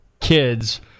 kids